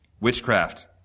witchcraft